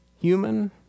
human